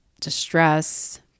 distress